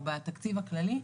או בתקציב הכללי,